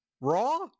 Raw